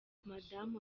madamu